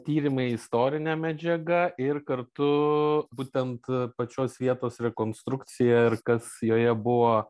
tyrimai istorinė medžiaga ir kartu būtent pačios vietos rekonstrukcija ir kas joje buvo